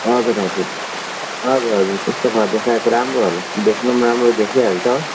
हजुर हजुर हजुर हजुर त्यस्तो गर्दा सायद राम्रो होला देख्नु राम्रो देखिहाल्छ हो